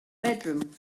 bedroom